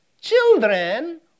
children